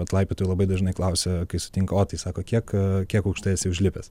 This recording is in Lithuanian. vat laipiotojai labai dažnai klausia kai sutinku o tai sako kiek kiek aukštai esi užlipęs